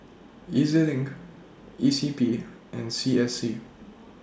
E Z LINK E C P and C S C